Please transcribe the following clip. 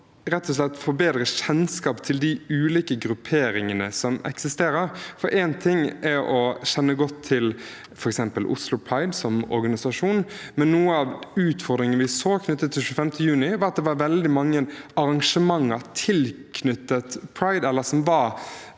få bedre kjennskap til de ulike grupperingene som eksisterer. Én ting er å kjenne godt til f.eks. Oslo Pride som organisasjon, men noe av utfordringen vi så knyttet til 25. juni, var at det var veldig mange arrangementer tilknyttet pride – eller som ble